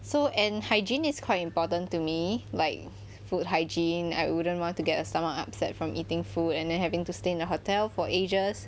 so and hygiene is quite important to me like food hygiene I wouldn't want to get a stomach upset from eating food and then having to stay in a hotel for ages